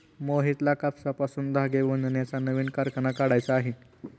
मोहितला कापसापासून धागे बनवण्याचा नवीन कारखाना काढायचा आहे